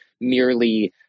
merely